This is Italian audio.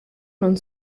non